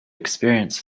experience